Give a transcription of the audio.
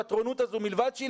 הפטרונות הזאת מלבד שהיא,